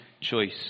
choice